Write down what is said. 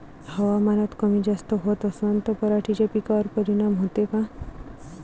हवामान कमी जास्त होत असन त पराटीच्या पिकावर परिनाम होते का?